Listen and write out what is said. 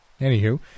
Anywho